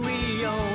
Rio